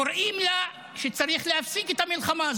קוראים שצריך להפסיק את המלחמה.